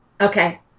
Okay